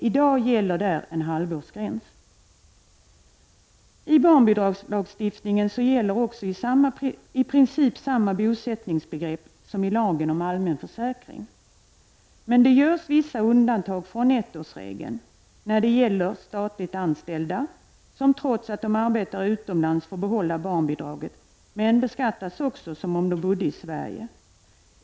I dag gäller där en halvårsgräns. I barnbidragslagstiftningen gäller i princip samma bosättningsbegrepp som i lagen om allmän försäkring. Det görs vissa undantag från ettårsregeln, nämligen när det gäller statligt anställda, som trots att de arbetar utomlands får behålla barnbidraget. Men de beskattas också som om de bodde i Sverige.